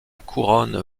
couronne